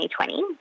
2020